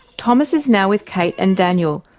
thomas is now with kate and daniel,